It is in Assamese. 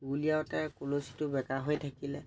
গুলিয়াওঁতে কলচীটো বেকা হৈ থাকিলে